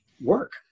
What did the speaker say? work